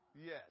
Yes